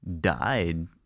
died